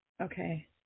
okay